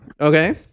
Okay